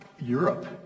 Europe